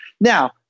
Now